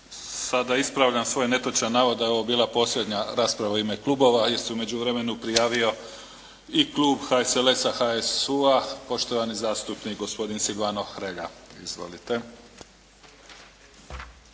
Sada ispravljam svoj netočan navod da je ovo bila posljednja rasprava u ime klubova, jer se u međuvremenu prijavio i klub HSLS-a, HSU-a, poštovani zastupnik gospodin Silvano Hrelja. Izvolite.